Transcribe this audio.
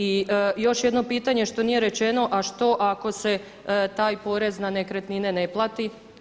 I još jedno pitanje što nije rečeno, a što ako se taj porez na nekretnine ne plati?